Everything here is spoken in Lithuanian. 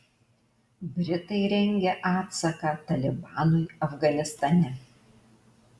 britai rengia atsaką talibanui afganistane